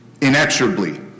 inexorably